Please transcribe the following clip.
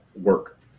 work